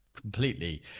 completely